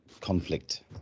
conflict